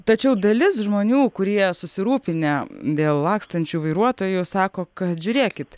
tačiau dalis žmonių kurie susirūpinę dėl lakstančių vairuotojų sako kad žiūrėkit